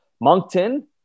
Moncton